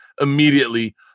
immediately